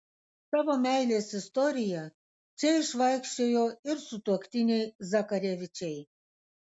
savo meilės istoriją čia išvaikščiojo ir sutuoktiniai zakarevičiai